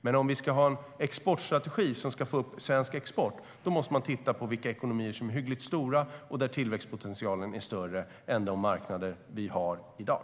Men ska vi ha en exportstrategi som ska få upp svensk export måste vi titta på vilka ekonomier som är hyggligt stora och har en tillväxtpotential som är större än på de marknader vi har i dag.